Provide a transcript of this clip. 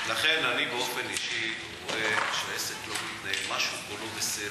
לכן אני באופן אישי רואה שמשהו פה לא בסדר.